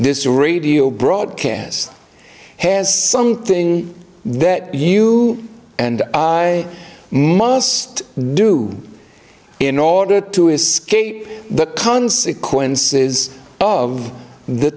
this radio broadcast has something that you and i must do in order to escape the consequences of the